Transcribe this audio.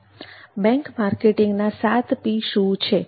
bank માર્કેટિંગના 7P શું છે